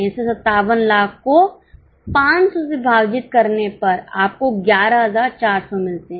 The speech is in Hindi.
इसलिए 57 लाख को 500 से विभाजित करने पर आपको 11400 मिलते हैं